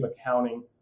accounting